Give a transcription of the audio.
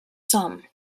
some